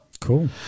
Cool